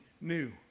new